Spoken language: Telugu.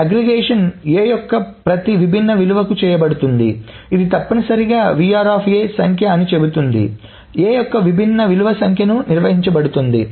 ఈ అగ్రిగేషన్ A యొక్క ప్రతి విభిన్న విలువకు చేయబడుతోంది ఇది తప్పనిసరిగా సంఖ్య అని చెబుతుంది A యొక్క విభిన్న విలువ సంఖ్య ని నిర్వహించబడుతుంది